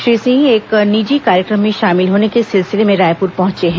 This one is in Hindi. श्री सिंह एक निजी कार्यक्रम में शामिल होर्न के सिलसिले में रायपुर पहुंचे हैं